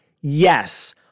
Yes